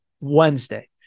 Wednesday